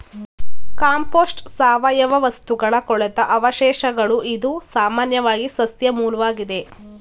compost ಸಾವಯವ ವಸ್ತುಗಳ ಕೊಳೆತ ಅವಶೇಷಗಳು ಇದು ಸಾಮಾನ್ಯವಾಗಿ ಸಸ್ಯ ಮೂಲ್ವಾಗಿದೆ